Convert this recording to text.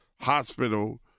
hospital